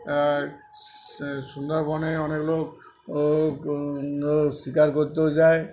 সুন্দরবনে অনেক লোক শিকার করতেও যায়